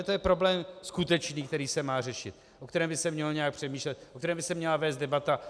To je problém skutečný, který se má řešit, o kterém by se mělo nějak přemýšlet, o kterém by se měla vést debata.